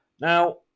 Now